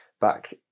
back